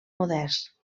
modest